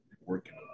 working